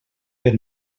per